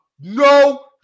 no